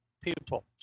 people